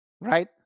right